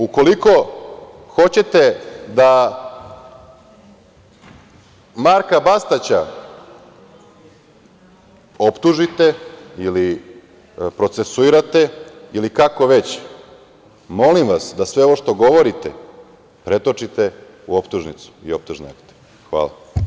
Ukoliko hoćete da Marka Bastaća optužite ili procesuirate ili kako već, molim vas da sve ovo što govorite pretočite u optužnicu i optužne